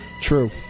True